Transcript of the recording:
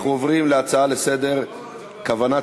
אנחנו עוברים להצעות לסדר-היום בנושא: כוונת